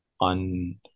on